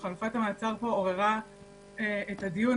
חלופת המעצר פה עוררה את הדיון,